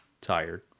tired